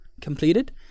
completed